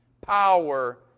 power